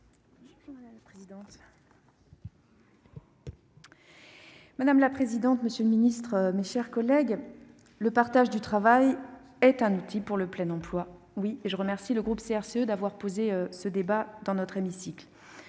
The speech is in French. Madame la présidente, monsieur le secrétaire d'État, mes chers collègues, le partage du travail est un outil pour le plein emploi, et je remercie le groupe CRCE d'avoir posé ce débat dans notre hémicycle.